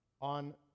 on